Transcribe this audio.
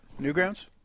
Newgrounds